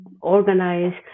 organized